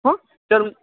હોં ચાલ